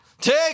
take